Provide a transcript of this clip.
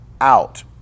out